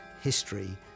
history